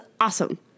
awesome